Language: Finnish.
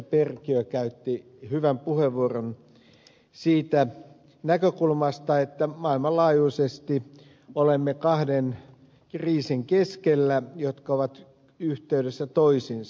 perkiö käytti hyvän puheenvuoron näkökulmana että maailmanlaajuisesti olemme kahden kriisin keskellä jotka ovat yhteydessä toisiinsa